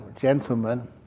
gentlemen